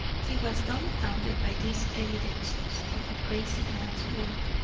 he was dumbfounded by these evidences of a crazy man's work.